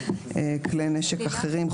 כלי נשק אחרים,